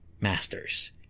masters